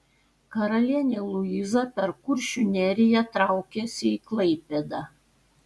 karalienė liuiza per kuršių neriją traukėsi į klaipėdą